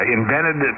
invented